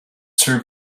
serve